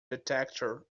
detector